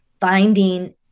finding